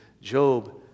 Job